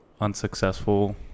unsuccessful